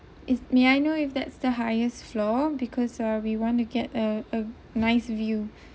is may I know if that's the highest floor because uh we want to get a a nice view